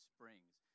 Springs